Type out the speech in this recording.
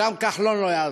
גם כחלון לא יעזור.